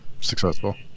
successful